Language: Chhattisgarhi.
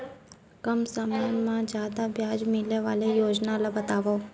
कम समय मा जादा ब्याज मिले वाले योजना ला बतावव